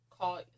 call